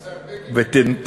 השר בגין ותתמקדו,